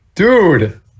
Dude